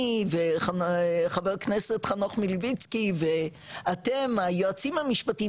וחבר כנסת חנוך מילביצקי ואתם היועצים המשפטיים,